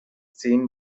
seen